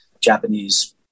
Japanese